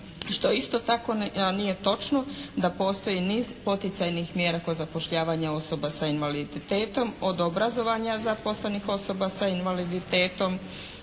što isto tako nije točno da postoji niz poticajnih mjera kod zapošljavanja osoba sa invaliditetom od obrazovanja zaposlenih osoba sa invaliditetom,